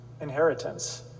inheritance